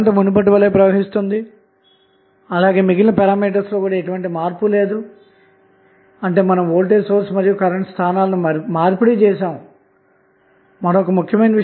ఆ పరిస్థితి అన్నది పవర్ p ను లోడ్ రెసిస్టెన్స్ RL తో డిఫరెన్షియేట్ చేసి dpdRL ను సున్నా చేస్తే లభించింది